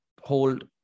hold